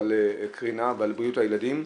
התשע"ט,